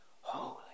holy